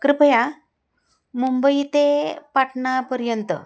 कृपया मुंबई ते पाटणापर्यंत